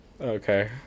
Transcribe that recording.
Okay